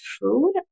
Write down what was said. food